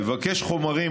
לבקש חומרים,